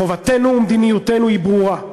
חובתנו ומדיניותנו הן ברורות: